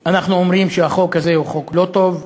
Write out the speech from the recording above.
אנחנו אומרים שהחוק הזה הוא חוק לא טוב.